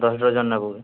ଦଶ୍ ଡର୍ଜନ୍ ନେବୁ ବୋଲେ